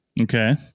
Okay